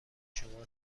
شما